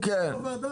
הוא באישור הוועדה.